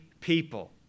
people